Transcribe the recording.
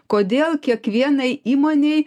kodėl kiekvienai įmonei